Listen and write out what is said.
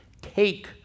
take